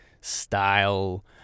style